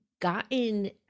gotten